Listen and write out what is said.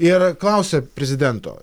ir klausia prezidento